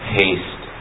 haste